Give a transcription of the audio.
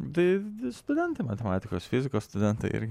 tai studentai matematikos fizikos studentai irgi